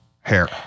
hair